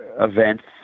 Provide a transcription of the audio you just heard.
events